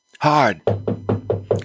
hard